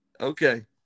Okay